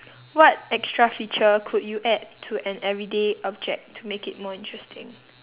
what extra feature could you add to an everyday object to make it more interesting